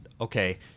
okay